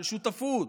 של שותפות,